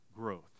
Growth